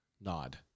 nod